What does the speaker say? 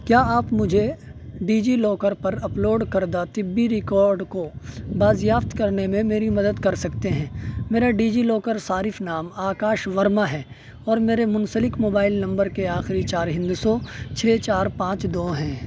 کیا آپ مجھے ڈیجی لاکر پر اپلوڈ کردہ طبی ریکارڈ کو بازیافت کرنے میں میری مدد کر سکتے ہیں میرا ڈیجی لاکر صارف نام آکاش ورما ہے اور میرے منسلک موبائل نمبر کے آخری چار ہندسوں چھ چار پانچ دو ہیں